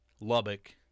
Lubbock